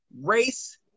race